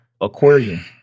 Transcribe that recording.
aquarium